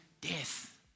death